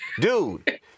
Dude